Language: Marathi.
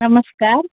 नमस्कार